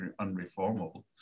unreformable